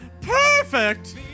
Perfect